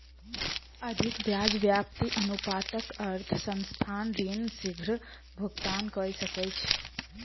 अधिक ब्याज व्याप्ति अनुपातक अर्थ संस्थान ऋण शीग्र भुगतान कय सकैछ